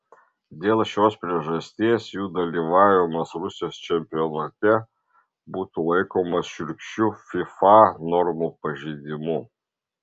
dėl šios priežasties jų dalyvavimas rusijos čempionate būtų laikomas šiurkščiu fifa normų pažeidimu